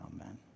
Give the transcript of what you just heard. Amen